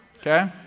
Okay